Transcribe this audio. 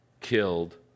killed